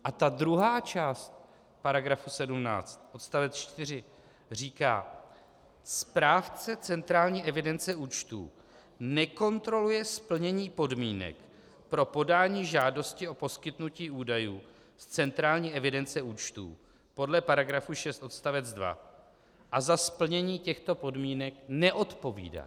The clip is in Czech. A pak druhá část paragrafu 17 odst. 4 říká: Správce centrální evidence účtů nekontroluje splnění podmínek pro podání žádosti o poskytnutí údajů z centrální evidence účtů podle § 6 odst. 2 a za splnění těchto podmínek neodpovídá.